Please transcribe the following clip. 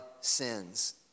sins